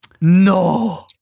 no